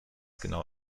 genau